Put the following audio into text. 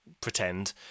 pretend